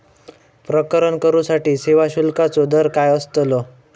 प्रकरण करूसाठी सेवा शुल्काचो दर काय अस्तलो?